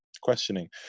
questioning